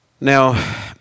Now